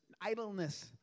Idleness